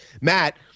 Matt